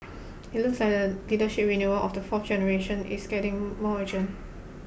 it looks like the leadership renewal of the fourth generation is getting more urgent